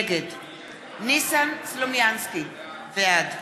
נגד ניסן סלומינסקי, בעד